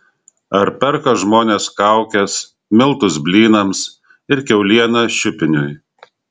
ar perka žmonės kaukes miltus blynams ir kiaulieną šiupiniui